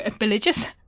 religious